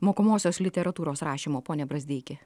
mokomosios literatūros rašymo ponią brazdeiki